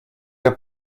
der